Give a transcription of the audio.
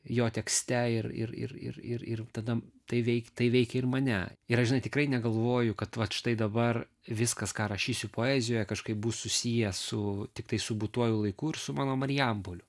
jo tekste ir ir ir ir ir tada tai veik tai veikia ir mane yra žinai tikrai negalvoju kad vat štai dabar viskas ką rašysiu poezijoje kažkaip bus susiję su tiktai su būtuoju laiku ir su mano marijampoliu